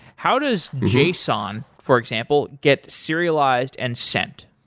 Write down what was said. how does json, for example, get serialized and sent?